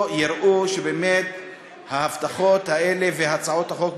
הם יראו שבאמת ההבטחות האלה והצעות החוק,